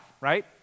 right